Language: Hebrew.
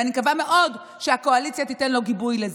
ואני מקווה מאוד שהקואליציה תיתן לו גיבוי לזה,